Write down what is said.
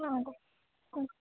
ಹಾಂ ಓ ಹ್ಞೂ